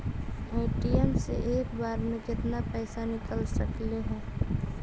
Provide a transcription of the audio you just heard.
ATM से एक बार मे केतना पैसा निकल सकले हे?